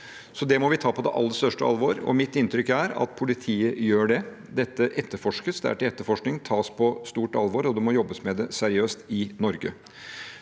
Så det må vi ta på det aller største alvor, og mitt inntrykk er at politiet gjør det. Dette etterforskes, det tas på stort alvor, og det må jobbes med det seriøst i Norge.